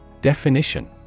Definition